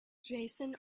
jason